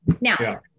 now